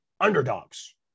underdogs